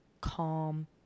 calm